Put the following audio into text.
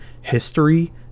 history